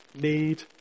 need